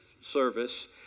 service